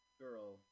Girl